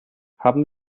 haben